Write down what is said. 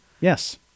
Yes